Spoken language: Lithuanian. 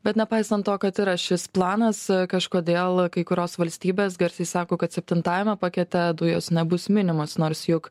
bet nepaisant to kad yra šis planas kažkodėl kai kurios valstybės garsiai sako kad septintajame pakete dujos nebus minimos nors juk